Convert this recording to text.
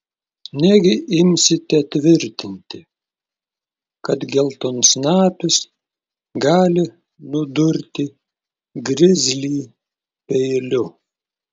negi imsite tvirtinti kad geltonsnapis gali nudurti grizlį peiliu